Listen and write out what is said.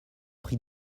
prix